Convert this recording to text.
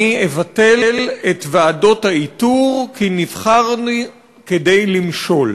אני אבטל את ועדות האיתור, כי נבחרנו כדי למשול.